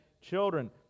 children